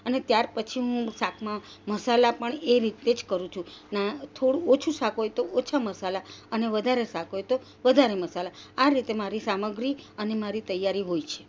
અને ત્યાર પછી હું શાકમાં મસાલા પણ એ રીતે જ કરું છું ના થોડું ઓછું શાક હોય તો થોડા ઓછા મસાલા અને વધારે શાક હોય તો વધારે મસાલા આ રીતે મારી સામગ્રી અને તૈયારી હોય છે